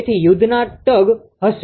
તેથી યુદ્ધના ટગ હશે